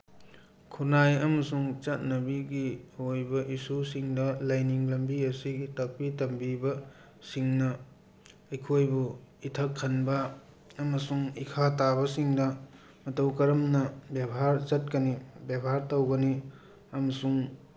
ꯈꯨꯟꯅꯥꯏ ꯑꯃꯁꯨꯡ ꯆꯠꯅꯕꯤꯒꯤ ꯑꯣꯏꯕ ꯏꯁꯨꯁꯤꯡꯗ ꯂꯥꯏꯅꯤꯡ ꯂꯝꯕꯤ ꯑꯁꯤꯒꯤ ꯇꯥꯛꯄꯤ ꯇꯝꯕꯤꯕꯁꯤꯡꯅ ꯑꯩꯈꯣꯏꯕꯨ ꯏꯊꯛ ꯍꯟꯕ ꯑꯃꯁꯨꯡ ꯏꯈꯥ ꯇꯥꯕꯁꯤꯡꯗ ꯃꯇꯧ ꯀꯔꯝꯅ ꯕꯦꯕꯥꯔ ꯆꯠꯀꯅꯤ ꯕꯦꯕꯥꯔ ꯇꯧꯒꯅꯤ ꯑꯃꯁꯨꯡ